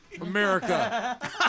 America